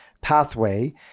pathway